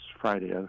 Friday